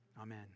Amen